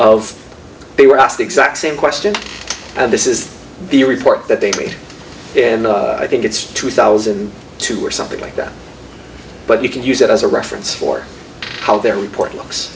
of they were asked the exact same question and this is the report that they made in i think it's two thousand and two or something like that but you can use that as a reference for how their report looks